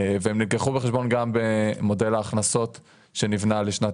והם נלקחו בחשבון גם במודל ההכנסות שנבנה לשנת